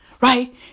Right